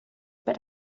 per